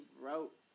wrote